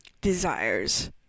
desires